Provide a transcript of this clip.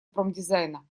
промдизайна